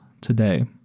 today